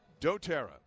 doTERRA